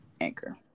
anchor